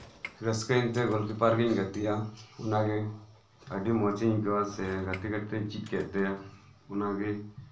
ᱨᱟᱹᱥᱠᱟᱹᱭᱮᱱᱛᱮ ᱤᱧ ᱫᱚ ᱜᱳᱞᱠᱤᱯᱟᱨ ᱜᱤᱧ ᱜᱟᱛᱮᱜᱼᱟ ᱚᱱᱟᱜᱮ ᱟᱹᱰᱤ ᱢᱚᱸᱡᱤᱧ ᱟᱹᱭᱠᱟᱹᱣᱟ ᱥᱮ ᱜᱟᱛᱮ ᱠᱟᱛᱮᱜ ᱜᱟᱛᱮᱜ ᱤᱧ ᱪᱮᱫ ᱠᱮᱫᱛᱮ ᱚᱱᱟᱜᱮ